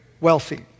Wealthy